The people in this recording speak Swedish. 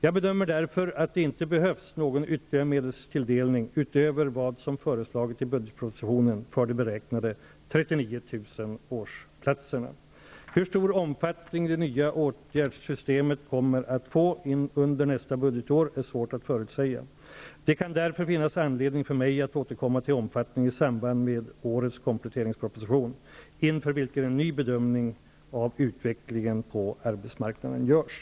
Jag bedömer därför att det inte behövs någon yt terligare medelstilldelning utöver vad som föresla gits i budgetpropositionen för de beräknade 39 000 Hur stor omfattning det nya åtgärdssystemet kom mer att få under nästa budgetår är det svårt att förutsäga. Det kan därför finnas anledning för mig att återkomma till omfattningen i samband med årets kompletteringsproposition, inför vilken en ny bedömning av utvecklingen på arbetsmarkna den görs.